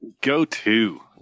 go-to